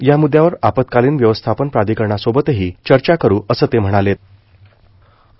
या मुदयावर आपातकालीन व्यवस्थापन प्राधिकरणासोबतही चर्चा करू असं ते म्हणालेत